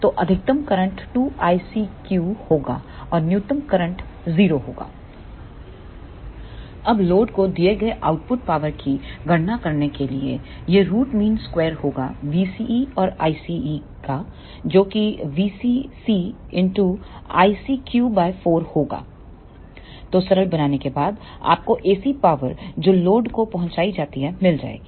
तो अधिकतम current 2ICQ होगा और न्यूनतम करंट होगा 0 अब लोड को दिए गए आउटपुट पावर की गणना करने के लिए यह रूट मीन स्क्वेयर होगा VCE और ICEका जोकि V CC I CQ4 होगा तो सरल बनाने के बाद आप को AC पावर जो लोड को पहुंचाई जाती है मिल जाएगा